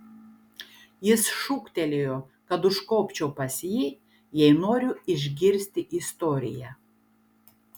jis šūktelėjo kad užkopčiau pas jį jei noriu išgirsti istoriją